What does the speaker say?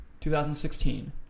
2016